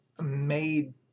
made